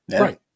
right